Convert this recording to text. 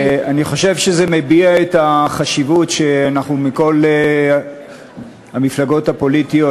אני חושב שזה מביע את החשיבות שמכל המפלגות הפוליטיות,